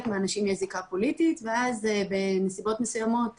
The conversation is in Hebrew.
מהאנשים יש זיקה פוליטית ואז בנסיבות מסוימות,